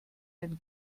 den